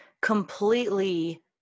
completely